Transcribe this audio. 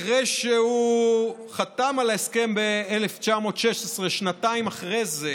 אחרי שהוא חתם על ההסכם ב-1916, שנתיים אחרי זה,